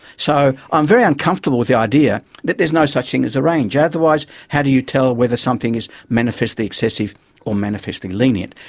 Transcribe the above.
so i'm very uncomfortable with the idea that there is no such thing as a range, otherwise how do you tell whether something is manifestly excessive or manifestly lenient?